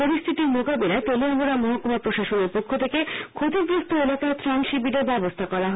পরিস্থিতি মোকাবিলায় তেলিয়ামুড়া মহকুমা প্রশাসনের পক্ষ থেকে ক্ষতিগ্রস্ত এলাকায় ত্রাণ শিবিরের ব্যবস্থা করা হয়েছে